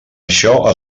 això